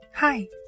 Hi